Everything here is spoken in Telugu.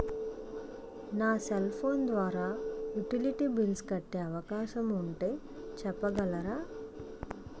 నా సెల్ ఫోన్ ద్వారా యుటిలిటీ బిల్ల్స్ కట్టే అవకాశం ఉంటే చెప్పగలరా?